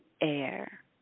air